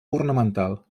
ornamental